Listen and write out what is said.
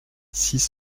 six